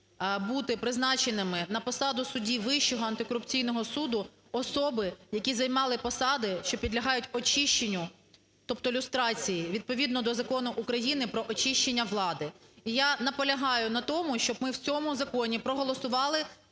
бути призначеними на посаду судді Вищого антикорупційного суду особи, які займали посади, що підлягають очищенню, тобто люстрації, відповідно до Закону України про очищення влади. І я наполягаю на тому, щоб ми в цьому законі проголосували